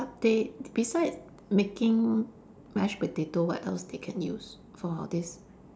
but they beside making mashed potato what else they can use for this